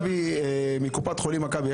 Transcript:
תמר מקופת חולים מכבי,